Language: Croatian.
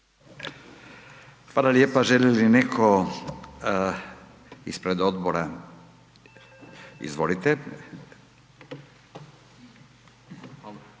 Hvala lijepa. Želi li netko ispred odbora? Izvolite.